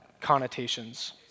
connotations